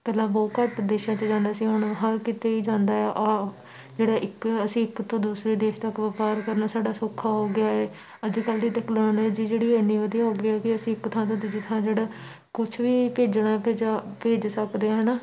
ਪਹਿਲਾਂ ਬਹੁਤ ਘੱਟ ਦੇਸ਼ਾਂ 'ਚ ਜਾਂਦਾ ਸੀ ਹੁਣ ਹਰ ਕਿਤੇ ਹੀ ਜਾਂਦਾ ਆ ਜਿਹੜਾ ਇੱਕ ਅਸੀਂ ਇੱਕ ਤੋਂ ਦੂਸਰੇ ਦੇਸ਼ ਤੱਕ ਵਪਾਰ ਕਰਨਾ ਸਾਡਾ ਸੌਖਾ ਹੋ ਗਿਆ ਹੈ ਅੱਜ ਕੱਲ੍ਹ ਦੀ ਤਕਨੋਲਜੀ ਜਿਹੜੀ ਆ ਇੰਨੀ ਵਧੀਆ ਹੋ ਗਈ ਹੈ ਕਿ ਅਸੀਂ ਇੱਕ ਥਾਂ ਤੋਂ ਦੂਜੀ ਥਾਂ ਜਿਹੜਾ ਕੁਛ ਵੀ ਭੇਜਣਾ ਭੇਜਾ ਭੇਜ ਸਕਦੇ ਹਾਂ ਹੈ ਨਾ